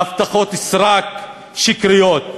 להבטחות סרק שקריות.